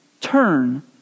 turn